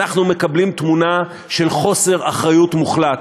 אנחנו מקבלים תמונה של חוסר אחריות מוחלט.